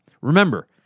Remember